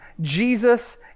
Jesus